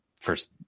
first